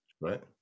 Right